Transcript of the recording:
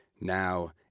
Now